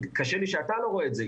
קשה לי שאתה לא רואה את זה,